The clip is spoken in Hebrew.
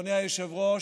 אדוני היושב-ראש,